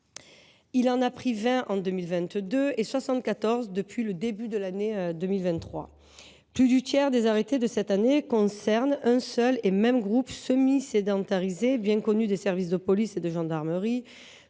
Il en a adressé 20 en 2022 et 74 depuis le début de l’année 2023. Plus du tiers des arrêtés pris cette année concerne un seul et même groupe semi sédentarisé bien connu des services de police et de gendarmerie.